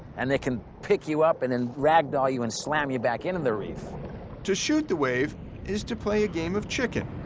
and it can pick you up and then ragdoll you and slam you back into the reef. frankel to shoot the wave is to play a game of chicken.